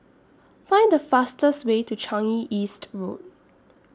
Find The fastest Way to Changi East Road